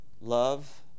Love